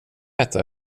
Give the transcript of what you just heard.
äta